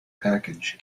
package